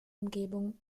umgebung